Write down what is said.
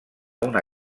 una